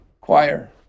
choir